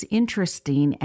interesting